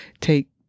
take